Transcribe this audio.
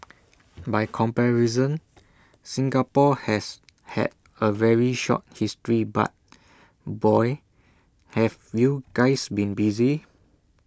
by comparison Singapore has had A very short history but boy have you guys been busy